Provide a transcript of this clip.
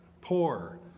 poor